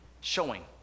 showing